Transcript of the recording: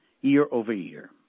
year-over-year